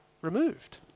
removed